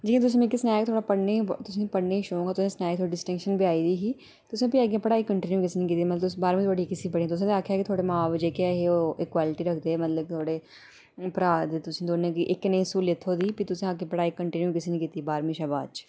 जि'यां तुस मिगी सनाया कि थुआढ़ा पढ़ने गी तुसें गी पढ़ने गी शौक ऐ तुसें सनाया तुसें गी डिस्टिंक्शन आई दी ही तुसें फ्ही अग्गें पढ़ाई कन्टीनयू कैसी निं कीती मतलब तुस बारमीं धोड़ी कैसी पढ़े तुसें ते आखे दे कि तुं'दे मां ब'ब्ब जेह्के ऐहे ओह् इक्वलिटी रखदे मतलब कि थोह्ड़े भ्राऽ तुसी दौनें गी इक्कै नेह् स्हूलत थ्होई दी फ्ही तुसें अग्गें पढ़ाई कन्टीन्यू किसी निं कीती बारमीं शा बाच